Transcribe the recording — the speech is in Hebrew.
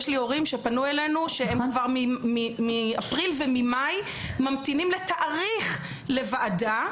יש לי הורים שפנו אלינו וכבר מאפריל וממאי ממתינים לתאריך לוועדה,